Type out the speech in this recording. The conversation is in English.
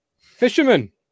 fisherman